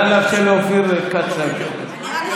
נא לאפשר לאופיר כץ לדבר.